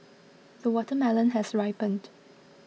the watermelon has ripened